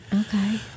Okay